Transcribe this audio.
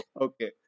Okay